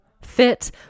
fit